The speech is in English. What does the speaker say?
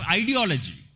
ideology